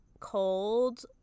cold